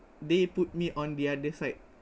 they put me on the other side